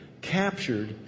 captured